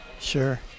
sure